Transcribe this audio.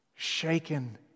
Shaken